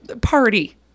party